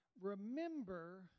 remember